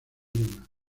lima